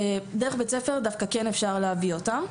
ודרך בית הספר אפשר כן להביא אותם.